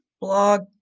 blog